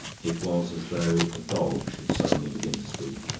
it was as though a dog should suddenly begin to speak.